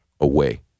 away